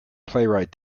playwright